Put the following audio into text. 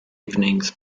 evenings